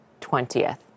20th